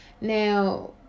Now